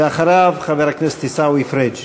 ואחריו, חבר הכנסת עיסאווי פריג'.